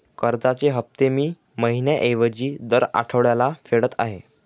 कर्जाचे हफ्ते मी महिन्या ऐवजी दर आठवड्याला फेडत आहे